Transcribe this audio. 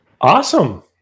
Awesome